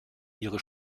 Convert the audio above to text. ihre